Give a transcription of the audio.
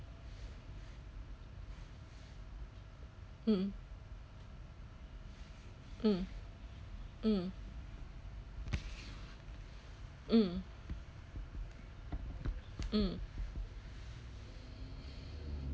mm mm mm mm mm